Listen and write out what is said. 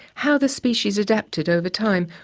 how the species adapted over time,